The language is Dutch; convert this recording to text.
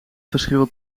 verschil